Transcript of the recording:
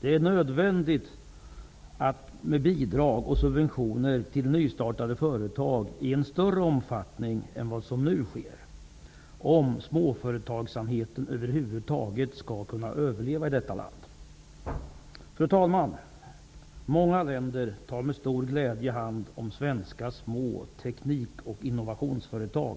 Det är nödvändigt med bidrag och subventioner till nystartade företag i en större omfattning än vad som nu sker om småföretagsamheten över huvud taget skall kunna överleva i detta land. Fru talman! Många länder tar med stor glädje hand om små svenska teknik och innovationsföretag,